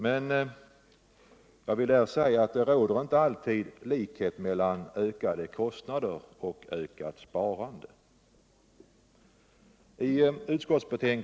Men jag vill här säga att det inte alltid råder likhet mellan ökade kostnader och ökat sparande.